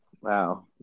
Wow